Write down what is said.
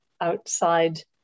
outside